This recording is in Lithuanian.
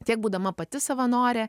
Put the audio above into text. tiek būdama pati savanorė